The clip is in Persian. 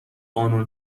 قانون